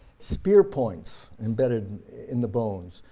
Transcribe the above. spear points embedded in the bones,